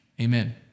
Amen